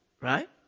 Right